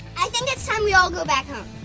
i think it's time we all go back home.